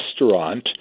restaurant